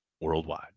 worldwide